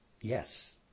yes